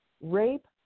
Rape